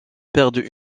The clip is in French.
perdent